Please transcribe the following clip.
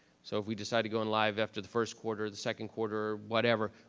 so if we decide to go in live after the first quarter, the second quarter, whatever,